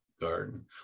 garden